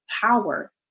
power